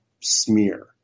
smear